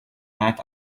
night